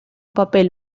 papel